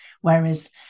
whereas